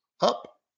Up